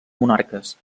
monarques